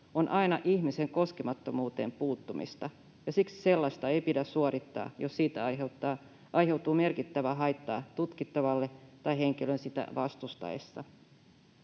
on aina ihmisen koskemattomuuteen puuttumista, ja siksi sellaista ei pidä suorittaa, jos siitä aiheutuu merkittävää haittaa tutkittavalle, tai henkilön sitä vastustaessa.